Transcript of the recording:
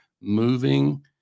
moving